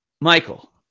Michael